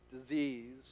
disease